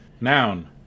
noun